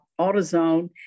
AutoZone